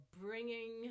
bringing